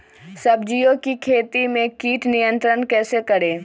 सब्जियों की खेती में कीट नियंत्रण कैसे करें?